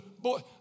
Boy